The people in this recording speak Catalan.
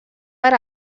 per